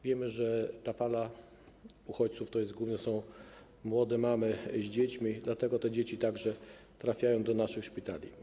Wiemy, że ta fala uchodźców to są głównie młode mamy z dziećmi, dlatego te dzieci także trafiają do naszych szpitali.